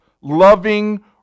loving